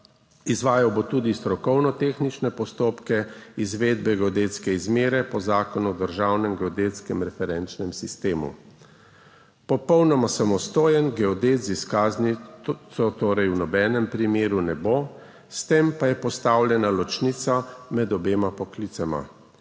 Izvajal bo tudi strokovno-tehnične postopke izvedbe geodetske izmere po Zakonu o državnem geodetskem referenčnem sistemu. Popolnoma samostojen geodet z izkaznico torej v nobenem primeru ne bo, s tem pa je postavljena ločnica med obema poklicema.